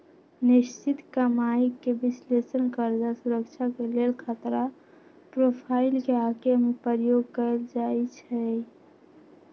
निश्चित कमाइके विश्लेषण कर्जा सुरक्षा के लेल खतरा प्रोफाइल के आके में प्रयोग कएल जाइ छै